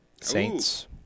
Saints